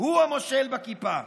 הוא המושל בכיפה.